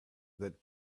that